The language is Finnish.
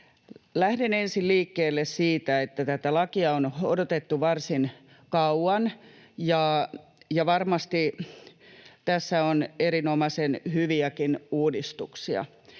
lähden ensin liikkeelle siitä, että tätä lakia on odotettu varsin kauan, ja varmasti tässä on erinomaisen hyviäkin uudistuksia,